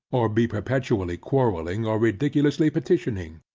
or be perpetually quarrelling or ridiculously petitioning.